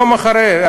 יום אחרי כן.